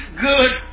good